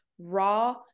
raw